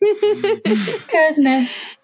Goodness